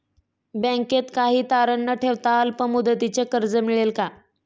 बँकेत काही तारण न ठेवता अल्प मुदतीचे कर्ज मिळेल का?